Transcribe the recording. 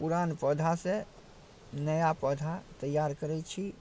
पुरान पौधासँ नया पौधा तैआर करै छी